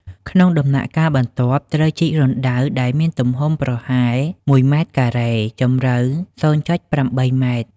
ក្នុងដំណាក់កាលបន្ទាប់ ត្រូវជីករណ្ដៅដែលមានទំហំប្រហែល ១ ម៉ែត្រការ៉េ ជម្រៅ ០.៨ ម៉ែត្រ។